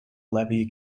levee